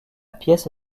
pièce